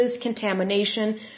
contamination